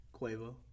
Quavo